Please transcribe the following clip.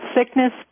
sickness